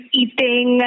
eating